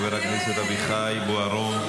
חבר הכנסת אביחי בוארון,